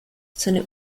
seine